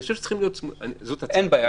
אני חושב שצריכים להיות צמודים להגדרות